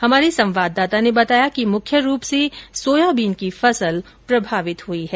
हमारे संवाददाता ने बताया कि मुख्य रूप से सोयाबीन की फसल प्रभावित हुई है